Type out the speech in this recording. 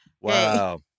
Wow